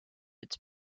its